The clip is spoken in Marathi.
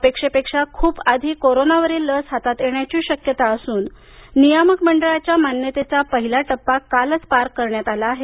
अपेक्षेपेक्षा खूप आधी कोरोनावरील लस हातात येण्याची शक्यता असून नियामक मंडळाच्या मान्यतेचा पहिला टप्पा कालच पार करण्यात आला आहे